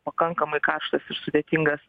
pakankamai karštas ir sudėtingas